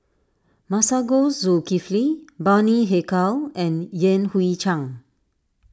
Masagos Zulkifli Bani Haykal and Yan Hui Chang